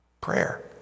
Prayer